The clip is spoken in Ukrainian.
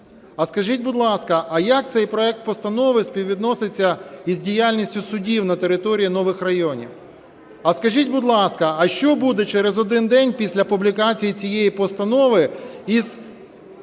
А скажіть, будь ласка, а як цей проект постанови співвідноситься із діяльністю судів на території нових районів? А скажіть, будь ласка, а що буде через один день після публікації цієї постанови із